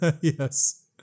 Yes